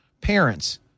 parents